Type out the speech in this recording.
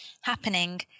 happening